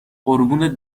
قربون